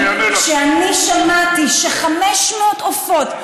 כי כשאני שמעתי ש-500 עופות,